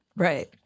Right